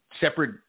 separate